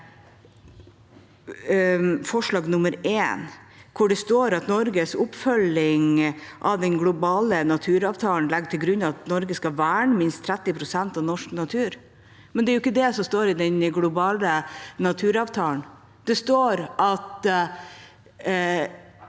forslag nr. 1, hvor det står at Norges oppfølging av den globale naturavtalen legger til grunn at Norge skal verne minst 30 pst. av norsk natur. Men det er jo ikke det som står i den globale naturavtalen. Der står det